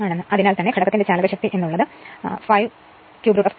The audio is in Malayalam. അതിനാൽ തന്നെ ഘടകത്തിന്റെ ചാലകശക്തി എന്ന് ഉള്ളത് 5 √3